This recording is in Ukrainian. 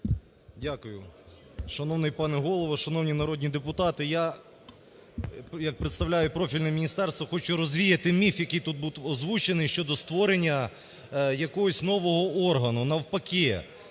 Дякую. Шановний пане Голово, шановні народні депутати, я представляю профільне міністерство, хочу розвіяти міф, який тут був озвучений щодо створення якогось нового органу. Навпаки,